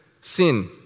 sin